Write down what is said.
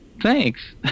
thanks